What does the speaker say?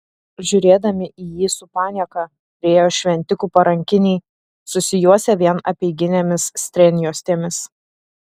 žiūrėdami į jį su panieka priėjo šventikų parankiniai susijuosę vien apeiginėmis strėnjuostėmis